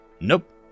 Nope